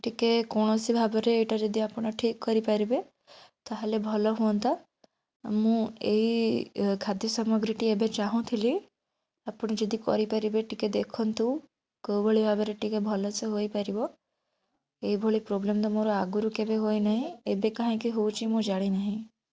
ଟିକେ କୌଣସି ଭାବରେ ଏଟା ଯଦି ଆପଣ ଠିକ୍ କରିପାରିବେ ତାହେଲେ ଭଲ ହୁଅନ୍ତା ମୁଁ ଏଇ ଖାଦ୍ୟ ସାମଗ୍ରୀଟି ଏବେ ଚାହୁଁଥିଲି ଆପଣ ଯଦି କରିପାରିବେ ଟିକେ ଦେଖନ୍ତୁ କୋଉ ଭଳି ଭାବରେ ଟିକେ ଭଲ ସେ ହୋଇପାରିବ ଏଇଭଳି ପ୍ରୋବ୍ଲେମ୍ ତ ମୋର ଆଗରୁ କେବେ ହୁଏନାହିଁ ଏବେ କାହିଁକି ହେଉଛି ମୁଁ ଜାଣିନାହିଁ